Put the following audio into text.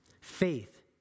Faith